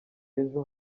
ejo